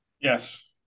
Yes